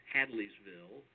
Hadleysville